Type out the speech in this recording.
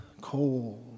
cold